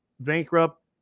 Bankrupt